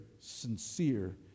sincere